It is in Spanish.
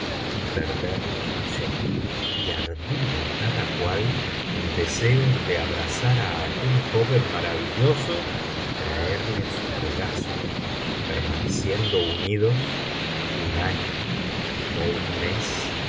y perder la razón y ardía cada cual en deseos de abrazar á aquel joven maravilloso y traerle á su regazo permaneciendo unidos un año ó un mes